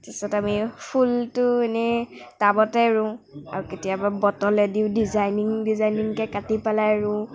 তাৰ পিছত আমি ফুলটো এনেই টাৱতে ৰুওঁ আৰু কেতিয়াবা বটলে দিও ডিজাইনিং ডিজাইনিঙকে কাটি পেলাই ৰুওঁ